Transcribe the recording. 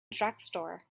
drugstore